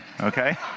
okay